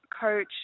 coach